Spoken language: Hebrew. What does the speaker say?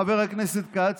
חבר הכנסת כץ,